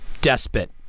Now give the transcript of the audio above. despot